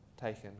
taken